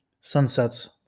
Sunsets